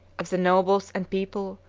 of the nobles and people,